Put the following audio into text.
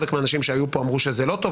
חלק מאנשים שהיו פה אמרו שזה לא טוב,